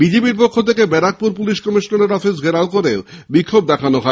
বিজেপির পক্ষ থেকে ব্যারাকপুর পুলিশ কমিশনারের অফিস ঘেরাও করে বিক্ষোভ দেখানো হয়